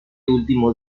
último